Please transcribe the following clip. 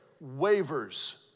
wavers